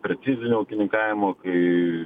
precizinio ūkininkavimo kai